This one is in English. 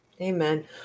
Amen